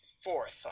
Fourth